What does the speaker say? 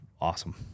awesome